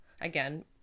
again